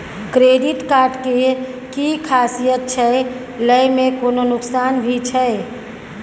Credit card के कि खासियत छै, लय में कोनो नुकसान भी छै?